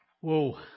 Whoa